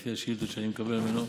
לפי השאילתה שאני מקבל ממנו.